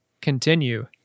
continue